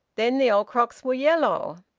then the old crocks were yellow?